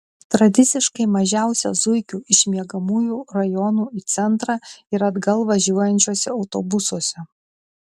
tradiciškai mažiausia zuikių iš miegamųjų rajonų į centrą ir atgal važiuojančiuose autobusuose